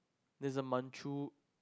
there a manchu